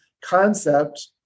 concept